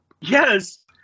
Yes